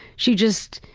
she just.